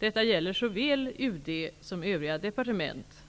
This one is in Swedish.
Detta gäller såväl UD som övriga departement.